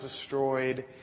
destroyed